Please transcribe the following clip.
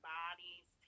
bodies